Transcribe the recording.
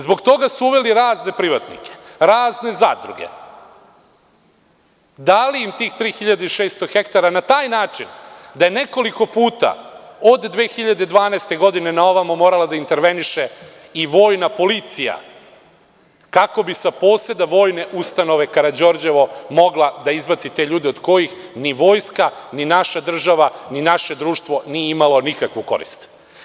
Zbog toga su uveli razne privatnike, razne zadruge, dali im 3.600 ha na taj način da je nekoliko puta od 2012. godine na ovamo morala da interveniše i Vojna policija kako bi sa poseda Vojne ustanove Karađorđevo mogla da izbaci te ljude od kojih ni Vojska ni naša država ni naše društvo nije imalo nikakvu korist.